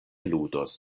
ludos